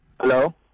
Hello